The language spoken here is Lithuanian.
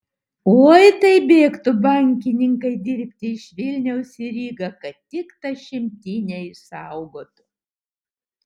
oi tai bėgtų bankininkai dirbti iš vilniaus į rygą kad tik tą šimtinę išsaugotų